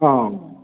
औ